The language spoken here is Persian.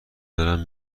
دارم